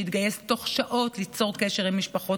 שהתגייס תוך שעות ליצור קשר עם משפחות